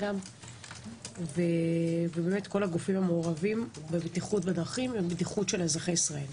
ואת כל הגופים המעורבים בבטיחות בדרכים ובבטיחות אזרחי ישראל.